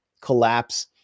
collapse